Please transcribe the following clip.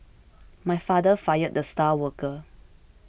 my father fired the star worker